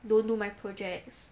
don't do my projects